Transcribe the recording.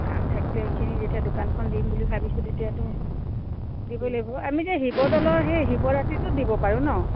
কাম থাকিলে এইখিনি যেতিয়া দোকানখন দিম বুলি ভাবিছোঁ তেতিয়াতো দিবই লাগিব আমি যে শিৱদৌলৰ সেই শিৱৰাত্ৰিটো দিব পাৰোঁ ন